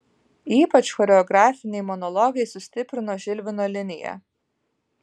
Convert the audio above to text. ypač choreografiniai monologai sustiprino žilvino liniją